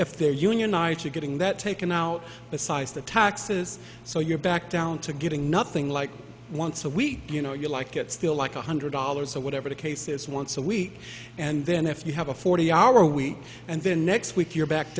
if they're unionized you're getting that taken out the size the taxes so you're back down to getting nothing like once a week you know you like it still like one hundred dollars or whatever the case is once a week and then if you have a forty hour week and then next week you're back